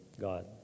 God